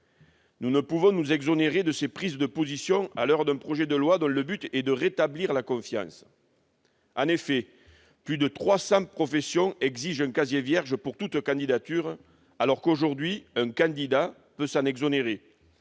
Nous ne pouvons nous exonérer de ces prises de position à l'heure où nous débattons d'un projet de loi dont l'objet est de rétablir la confiance. En effet, plus de 300 professions exigent un casier vierge pour toute candidature, alors que, aujourd'hui, un candidat à une élection peut